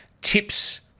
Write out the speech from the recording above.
tips